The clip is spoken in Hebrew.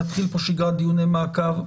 נתחיל פה שגרת דיוני מעקב.